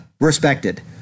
respected